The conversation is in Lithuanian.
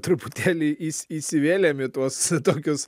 truputėlį įs įsivėlėm į tuos tokius